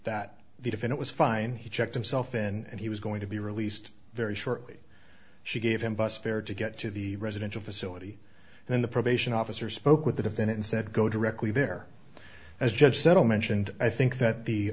if it was fine he checked himself and he was going to be released very shortly she gave him bus fare to get to the residential facility then the probation officer spoke with the defendant said go directly there as judge settle mentioned i think that the